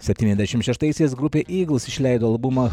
septyniasdešimt šeštaisiais grupė igls išleido albumą